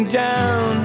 down